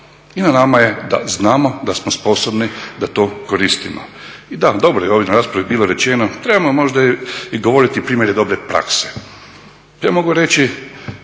i na nama je da znamo da smo sposobni da to koristimo. I da dobro je ovdje na raspravi bilo rečeno, trebamo možda govoriti o primjerima dobre prakse. Ja mogu reći